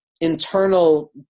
internal